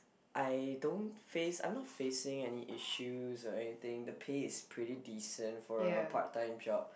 I don't face I'm not facing any issues or anything the pay is pretty decent for a part time job